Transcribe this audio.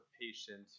patient